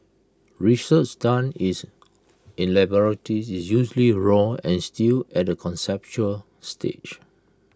research done is in laboratories is usually raw and still at A conceptual stage